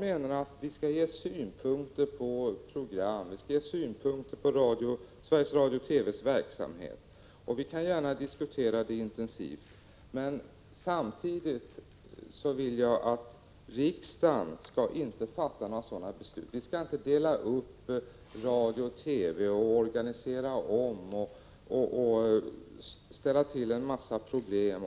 menar jag att vi skall framföra synpunkter på programmen och på Sveriges Radios och TV:s verksamhet, och vi kan gärna diskutera dem intensivt. Men jag vill inte att riksdagen skall fatta några beslut om programmen. Vi skall inte dela upp radio och TV, organisera om dem och ställa till med en mängd problem.